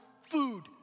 food